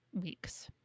weeks